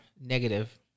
negative